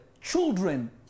Children